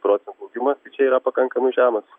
procentų augimas tai čia yra pakankamai žemas